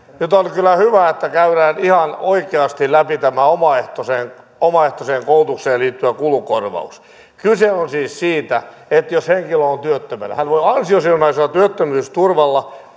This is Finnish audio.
nyt on kyllä hyvä että käydään ihan oikeasti läpi tämä omaehtoiseen omaehtoiseen koulutukseen liittyvä kulukorvaus kyse on siis siitä että jos henkilö on työttömänä hän voi ansiosidonnaisella työttömyysturvalla